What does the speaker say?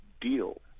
deal